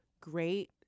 great